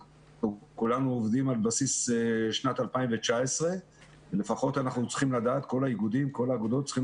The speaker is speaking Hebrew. כולנו עובדים על בסיס 2019. כל האגודות צריכות